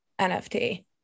NFT